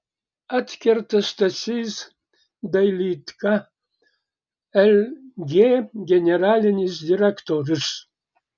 atkerta stasys dailydka lg generalinis direktorius